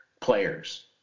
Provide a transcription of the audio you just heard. players